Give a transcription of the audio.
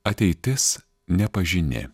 ateitis nepažini